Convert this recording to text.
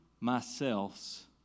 myself's